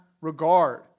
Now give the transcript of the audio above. regard